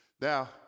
Now